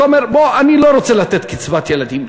אתה אומר: בוא, אני לא רוצה לתת קצבת ילדים.